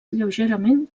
lleugerament